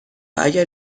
اگر